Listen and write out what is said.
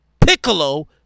Piccolo